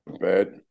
bad